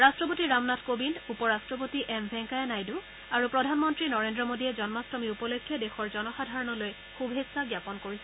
ৰাট্টপতি ৰামনাথ কোবিন্দ উপ ৰাট্টপতি এম ভেংকায়া নাইডুআৰু প্ৰধানমন্ত্ৰী নৰেন্দ্ৰ মোদীয়ে জন্মাট্টমী উপলক্ষে দেশৰ জনসাধাৰণলৈ শুভেচ্ছা জ্ঞাপন কৰিছে